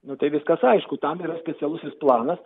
nu tai viskas aišku tam yra specialusis planas